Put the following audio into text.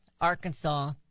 Arkansas